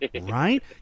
Right